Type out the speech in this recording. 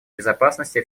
безопасности